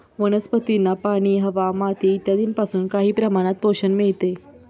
वनस्पतींना पाणी, हवा, माती इत्यादींपासून काही प्रमाणात पोषण मिळते